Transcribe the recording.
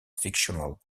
fictional